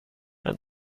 and